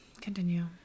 Continue